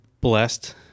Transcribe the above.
blessed